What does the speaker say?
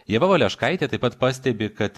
ieva valeškaitė taip pat pastebi kad